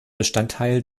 bestandteil